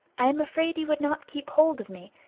i am afraid you would not keep hold of me,